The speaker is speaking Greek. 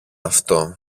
αυτό